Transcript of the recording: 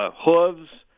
ah hooves,